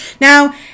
Now